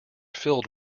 filled